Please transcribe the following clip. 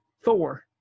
four